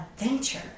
adventure